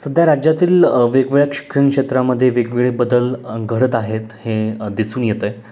सध्या राज्यातील वेगवेगळ्या शिक्षण क्षेत्रामध्ये वेगवेगळे बदल घडत आहेत हे दिसून येतं आहे